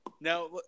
Now